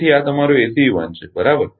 તેથી આ તમારો ACE 1 છે બરાબર